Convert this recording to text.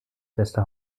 beste